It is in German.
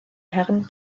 herren